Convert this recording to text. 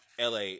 LA